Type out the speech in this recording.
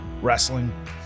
wrestling